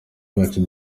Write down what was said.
bacu